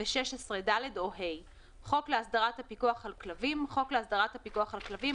ו־16(ד) או (ה); "חוק להסדרת הפיקוח על כלבים" חוק להסדרת הפיקוח על כלבים,